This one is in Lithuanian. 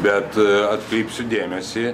bet atkreipsiu dėmesį